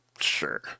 sure